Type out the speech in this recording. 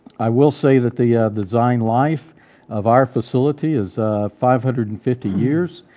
i will say that the yeah design life of our facility is five hundred and fifty years,